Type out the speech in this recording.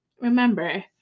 remember